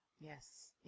Yes